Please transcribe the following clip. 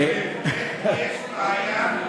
יש בעיה,